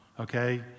okay